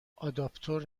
آداپتور